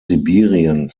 sibirien